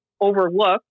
overlooked